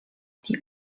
die